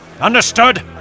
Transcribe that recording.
Understood